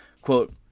Quote